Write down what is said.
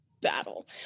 battle